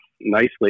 nicely